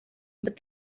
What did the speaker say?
but